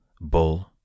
Bull